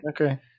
Okay